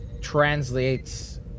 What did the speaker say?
translates